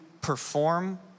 perform